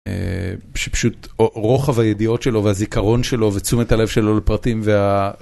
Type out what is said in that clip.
שפשוט רוחב הידיעות שלו והזיכרון שלו ותשומת הלב שלו לפרטים וה...